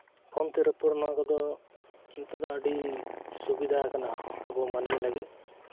phone ᱛᱮ ᱨᱚᱯᱚᱲ ᱱᱚᱣᱟ ᱠᱚᱫᱚ ᱱᱤᱛᱚᱜ ᱫᱚ ᱟᱹᱰᱤ ᱥᱩᱵᱤᱫᱷᱟᱣ ᱠᱟᱱᱟ ᱟᱵᱚ ᱢᱟᱹᱱᱢᱤ ᱞᱟᱹᱜᱤᱫ